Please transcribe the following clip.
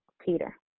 Peter